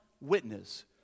witness